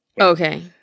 Okay